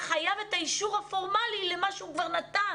חייב את האישור הפורמלי למה שהוא כבר נתן,